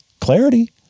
clarity